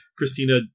Christina